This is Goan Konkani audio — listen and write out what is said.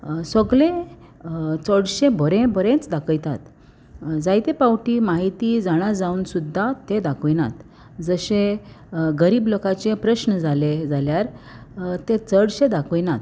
सोगले चडशे बरें बरेंच दाखयतात जायते पावटी म्हायती जाणा जावन सुद्दां ते दाखयनात जशे गरीब लोकाचे प्रस्न जाले जाल्यार ते चडशे दाखयनात